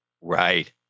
right